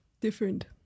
different